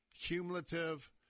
cumulative